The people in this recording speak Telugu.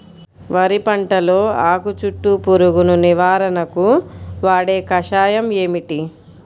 వరి పంటలో ఆకు చుట్టూ పురుగును నివారణకు వాడే కషాయం ఏమిటి?